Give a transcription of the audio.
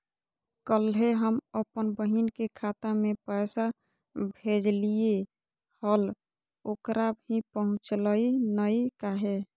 कल्हे हम अपन बहिन के खाता में पैसा भेजलिए हल, ओकरा ही पहुँचलई नई काहे?